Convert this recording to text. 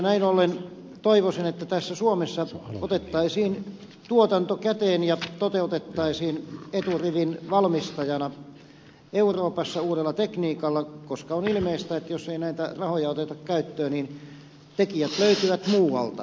näin ollen toivoisin että tässä otettaisiin suomessa tuotanto käteen ja se toteutettaisiin eturivin valmistajana euroopassa uudella tekniikalla koska on ilmeistä että jos ei näitä rahoja oteta käyttöön niin tekijät löytyvät muualta